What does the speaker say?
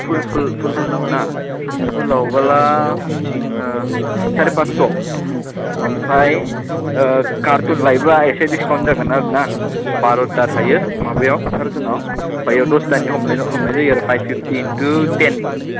फुल नांगौ ना फुलावब्ला बिथिं सारे फास्स' ओमफ्राय खारटुन लायोबा एसे दिसकाउन्ट जागोन आरो ना बार'था थायो माबायाव खारटुनाव ओमफ्राय बेयाव दसथानि हमनाय जायो आरो फाइभ फिफ्थि इनटु टेन